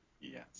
Yes